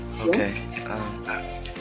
Okay